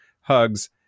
Hugs